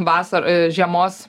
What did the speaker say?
vasara žiemos